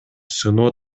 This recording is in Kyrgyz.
сыноо